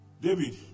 David